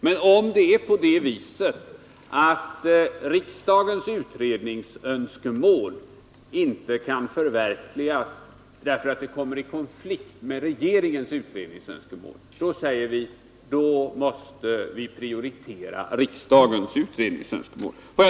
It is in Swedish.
Men om riksdagens utredningsönskemål inte kan förverkligas därför att det kommer i konflikt med regeringens utredningsönskemål, då säger vi att man måste prioritera riksdagens utredningsönskemål.